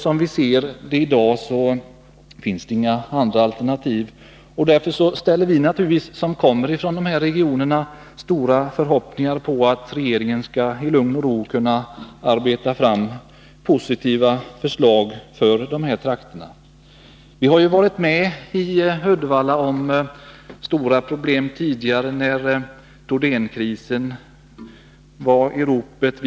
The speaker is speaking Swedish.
Som vi ser det i dag finns det inga andra alternativ, och därför ställer vi som kommer från de här regionerna stora förhoppningar på att regeringen i lugn och ro skall kunna arbeta fram positiva förslag för dessa trakter. Vi har ju varit med om stora problem tidigare i Uddevalla, när Thordénkrisen var aktuell.